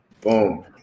Boom